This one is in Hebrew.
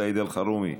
סעיד אלחרומי,